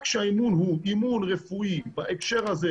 רק כשהאימון הוא אימון רפואי בהקשר הזה,